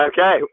Okay